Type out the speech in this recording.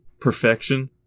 perfection